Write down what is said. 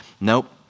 nope